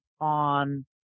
on